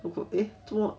okay eh 做么